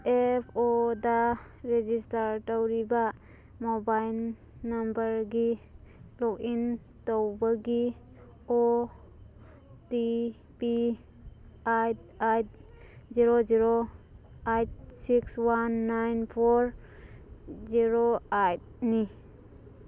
F ꯑꯣꯗ register ꯇꯧꯔꯤꯕ mobile ꯅꯝꯕꯔꯒꯤ ꯂꯣꯒ ꯏꯟ ꯇꯧꯕꯒꯤ O T P eight eight zero zero eight six one nine four zero eight ꯅꯤ